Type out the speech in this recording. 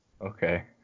okay